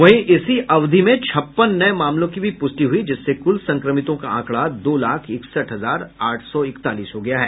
वहीं इसी अवधि में छप्पन नये मामलों की भी पूष्टि हुई जिससे कुल संक्रमितों का आंकड़ा दो लाख इकसठ हजार आठ सौ इकतालीस हो गया है